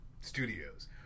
studios